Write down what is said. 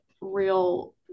real